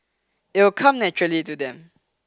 it'll come naturally to them